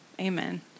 Amen